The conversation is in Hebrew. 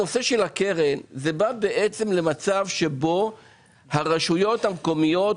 הנושא של הקרן מביא למצב שבו הרשויות המקומיות,